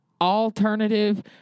alternative